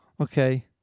okay